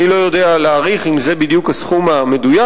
אני לא יודע להעריך אם זה בדיוק הסכום המדויק,